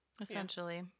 essentially